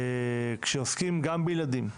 כאשר עוסקים גם בילדים,